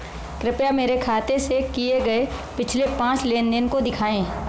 कृपया मेरे खाते से किए गये पिछले पांच लेन देन को दिखाएं